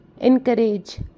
Encourage